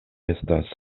estas